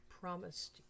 promised